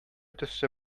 төсле